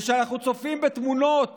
וכשאנחנו צופים בתמונות